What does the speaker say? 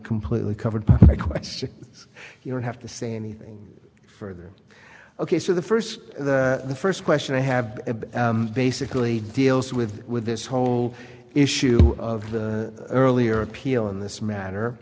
completely covered my question is you don't have to say anything further ok so the first the first question i have basically deals with with this whole issue of the earlier appeal in this matter